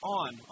on